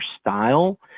style